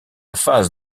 phase